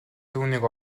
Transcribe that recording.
түүнийг